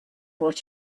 what